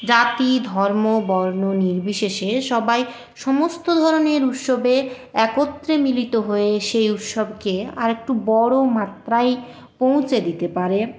জাতি ধর্ম বর্ণ নির্বিশেষে সবাই সমস্ত ধরনের উৎসবে একত্রে মিলিত হয়ে সেই উৎসবকে আর একটু বড়ো মাত্রায় পৌঁছে দিতে পারে